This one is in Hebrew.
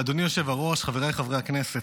אדוני היושב-ראש, חבריי חברי הכנסת,